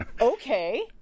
Okay